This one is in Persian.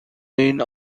این